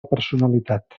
personalitat